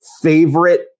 favorite